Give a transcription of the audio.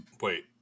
Wait